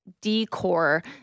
decor